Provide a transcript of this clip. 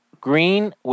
green